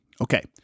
Okay